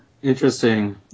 Interesting